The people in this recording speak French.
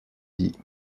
dit